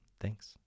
Thanks